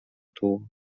tłum